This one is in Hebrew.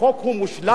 החוק הוא מושלם,